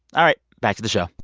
all right, back to the show